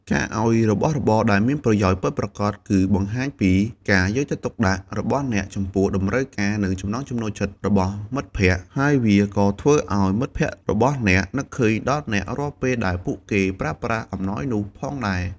ការឱ្យរបស់ដែលមានប្រយោជន៍ពិតប្រាកដ គឺបង្ហាញពីការយកចិត្តទុកដាក់របស់អ្នកចំពោះតម្រូវការ និងចំណង់ចំណូលចិត្តរបស់មិត្តភក្តិ ហើយវាក៏ធ្វើឱ្យមិត្តភក្តិរបស់អ្នកនឹកឃើញដល់អ្នករាល់ពេលដែលពួកគេប្រើប្រាស់អំណោយនោះផងដែរ។